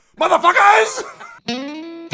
Motherfuckers